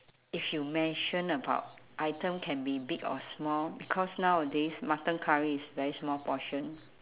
if you mention about item can be big or small because nowadays mutton curry is very small portion